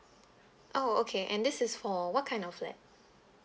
oh okay and this is for what kind of flat